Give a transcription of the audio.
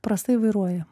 prastai vairuoja